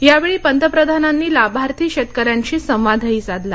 यावेळी पंतप्रधानांनी लाभार्थी शेतकऱ्यांशी संवादही साधला